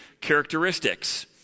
characteristics